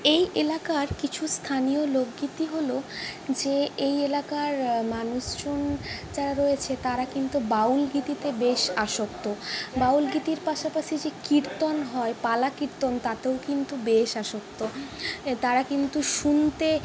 এই এলাকার কিছু স্থানীয় লোকগীতি হল যে এই এলাকার মানুষজন যারা রয়েছে তারা কিন্তু বাউল গীতিতে বেশ আসক্ত বাউল গীতির পাশাপাশি যে কীর্তন হয় পালা কীর্তন তাতেও কিন্তু বেশ আসক্ত তারা কিন্তু শুনতে